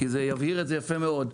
זה יבהיר את זה יפה מאוד.